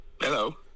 Hello